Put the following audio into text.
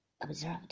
observed